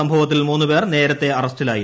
സംഭവത്തിൽ മൂന്ന്പേർ നേരത്തേ അറസ്റ്റിലായിരുന്നു